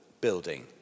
building